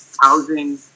housing